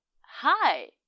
Hi